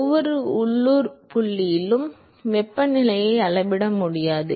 ஒவ்வொரு உள்ளூர் புள்ளியிலும் வெப்பநிலையை அளவிட முடியாது